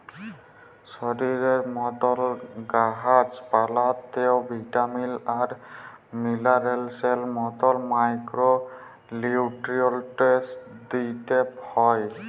শরীরের মতল গাহাচ পালাতেও ভিটামিল আর মিলারেলসের মতল মাইক্রো লিউট্রিয়েল্টস দিইতে হ্যয়